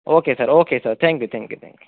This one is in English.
okay sir okay sir thank you thank you thank you